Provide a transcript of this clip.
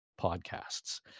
podcasts